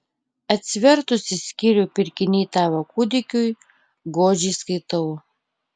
atsivertusi skyrių pirkiniai tavo kūdikiui godžiai skaitau